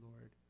Lord